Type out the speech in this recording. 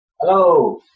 Hello